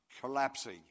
collapsing